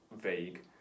vague